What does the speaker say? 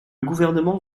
gouvernement